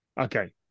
Okay